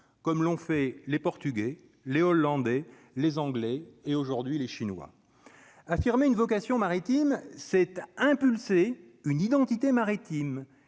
comme l'ont fait les Portugais, les Hollandais, les Anglais et aujourd'hui les Chinois affirmait une vocation maritime 7 impulser une identité maritime